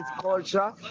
culture